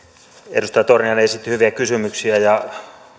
edustaja torniainen esitti hyviä kysymyksiä ja